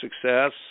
success